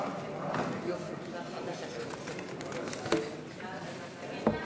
בדבר הפחתת תקציב לא